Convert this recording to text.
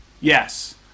Yes